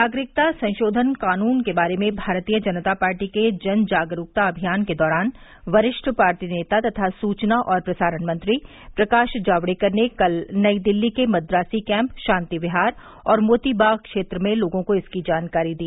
नागरिकता संशोधन कानून के बारे में भारतीय जनता पार्टी के जन जागरूकता अभियान के दौरान वरिष्ठ पार्टी नेता तथा सूचना और प्रसारण मंत्री प्रकाश जावडेकर ने कल नई दिल्ली के मद्रासी कैम्प शान्ति विहार और मोती बाग क्षेत्र में लोगों को इसकी जानकारी दी